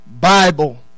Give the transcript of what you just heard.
Bible